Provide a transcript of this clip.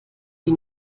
die